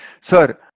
Sir